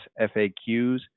FAQs